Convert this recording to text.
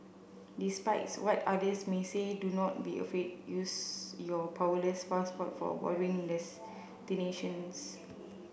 despite it's what others may say do not be afraid use your powerless passport for boring destinations